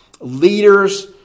leaders